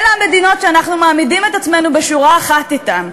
אלה המדינות שאנחנו מעמידים את עצמנו בשורה אחת אתן,